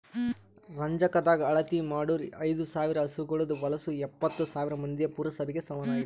ರಂಜಕದಾಗ್ ಅಳತಿ ಮಾಡೂರ್ ಐದ ಸಾವಿರ್ ಹಸುಗೋಳದು ಹೊಲಸು ಎಪ್ಪತ್ತು ಸಾವಿರ್ ಮಂದಿಯ ಪುರಸಭೆಗ ಸಮನಾಗಿದೆ